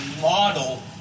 model